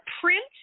print